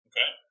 Okay